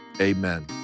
Amen